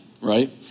right